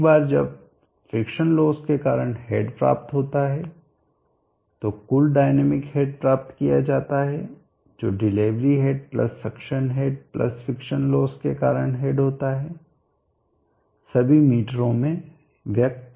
एक बार जब फिक्शन लोस के कारण हेड प्राप्त होता है तो कुल डायनामिक हेड प्राप्त किया जाता है जो delivery head plus suction head plus friction loss के कारण हेड होता हैसभी मीटरों में व्यक्त